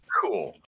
Cool